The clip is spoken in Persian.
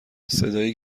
صدای